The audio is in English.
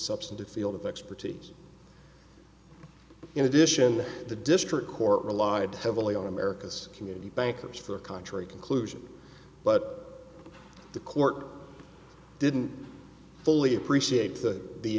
substantive field of expertise in addition to the district court relied heavily on america's community bankers for a contrary conclusion but the court didn't fully appreciate